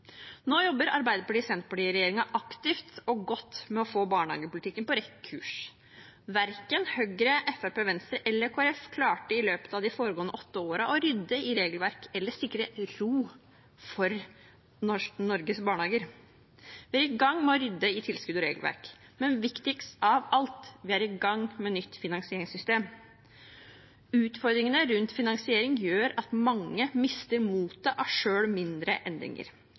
Nå jobber Arbeiderparti–Senterparti-regjeringen aktivt og godt med å få barnehagepolitikken på rett kurs. Verken Høyre, Fremskrittspartiet, Venstre eller Kristelig Folkeparti klarte i løpet av de foregående åtte årene å rydde i regelverk eller sikre ro for Norges barnehager. Vi er i gang med å rydde i tilskudd og regelverk, men viktigst av alt: Vi er i gang med nytt finansieringssystem. Utfordringene rundt finansiering gjør at mange mister motet av selv mindre endringer.